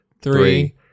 three